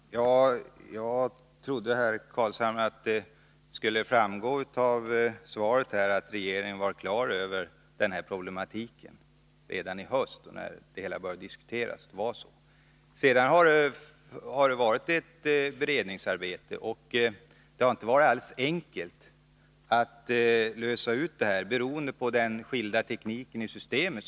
Herr talman! Jag trodde, herr Carlshamre, att det skulle framgå av svaret att regeringen var klar över den här problematiken redan i höstas när det hela började diskuteras. Sedan har ett beredningsarbetet pågått, och det har inte varit alldeles enkelt att betala ut de här pengarna, vilket beror på tekniken i systemet.